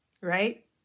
right